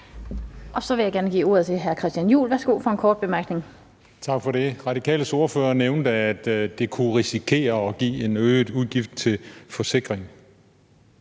Så vil jeg gerne give ordet til hr. Christian Juhl. Værsgo for en kort bemærkning. Kl. 18:05 Christian Juhl (EL): Tak for det. Radikales ordfører nævnte, at det kunne risikere at give en øget udgift til forsikring.